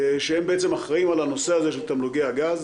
שהם בעצם אחראים על הנושא הזה של תמלוגי הגז